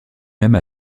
même